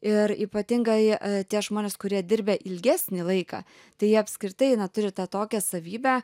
ir ypatingai tie žmonės kurie dirbę ilgesnį laiką tai jie apskritai na turi tą tokią savybę